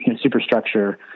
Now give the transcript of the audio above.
superstructure